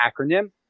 acronym